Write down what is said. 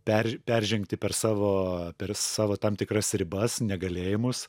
per peržengti per savo per savo tam tikras ribas negalėjimus